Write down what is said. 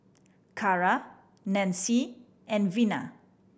Cara Nancy and Vena